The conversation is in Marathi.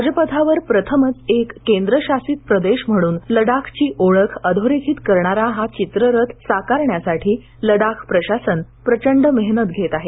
राजपथावर प्रथमच एक केंद्र शासित प्रदेश म्हणून लडाखची ओळख अधोरेखित करणारा हा चित्ररथ साकारण्यासाठी लडाख प्रशासन प्रचंड मेहनत घेत आहे